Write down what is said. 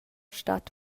stat